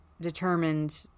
determined